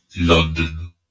London